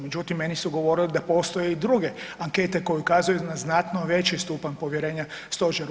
Međutim, meni su govori da postoje i druge ankete koje ukazuju na znatno veći stupanj povjerenja stožeru.